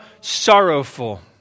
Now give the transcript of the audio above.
sorrowful